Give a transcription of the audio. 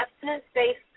abstinence-based